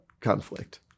conflict